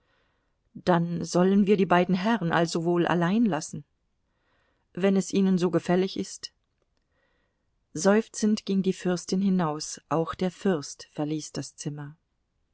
dann sollen wir die beiden herren also wohl allein lassen wenn es ihnen so gefällig ist seufzend ging die fürstin hinaus auch der fürst verließ das zimmer